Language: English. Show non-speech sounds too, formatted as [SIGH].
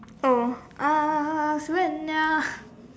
oh [NOISE]